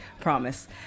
Promise